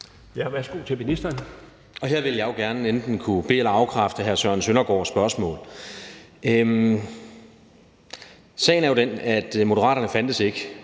(Jakob Engel-Schmidt): Her ville jeg jo gerne enten kunne be- eller afkræfte hr. Søren Søndergaards spørgsmål. Sagen er jo den, at Moderaterne – mit parti